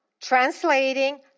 translating